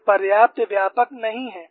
वे पर्याप्त व्यापक नहीं हैं